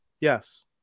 Yes